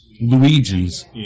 luigi's